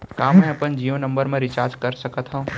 का मैं अपन जीयो नंबर म रिचार्ज कर सकथव?